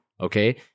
Okay